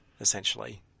essentially